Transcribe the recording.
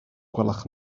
gwelwch